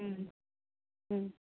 ꯎꯝ ꯎꯝ